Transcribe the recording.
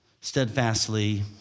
steadfastly